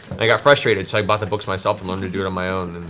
i got frustrated, so i bought the books myself and learned to do it on my own.